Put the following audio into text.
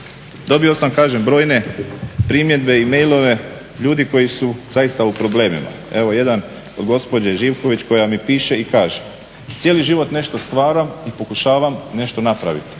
Dobio sam, kažem brojne primjedbe i mailove ljudi koji su zaista u problemima. Evo jedan od gospođe Živković, koja mi piše i kaže: "Cijeli život nešto stvaram i pokušavam nešto napraviti,